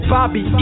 Bobby